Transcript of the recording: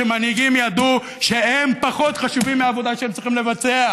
כשמנהיגים ידעו שהם פחות חשובים מהעבודה שהם צריכים לבצע,